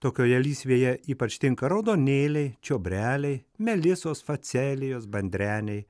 tokioje lysvėje ypač tinka raudonėliai čiobreliai melisos facelijos bandreniai